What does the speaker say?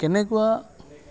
কেনেকুৱা